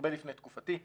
הרבה לפני תקופתי,